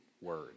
word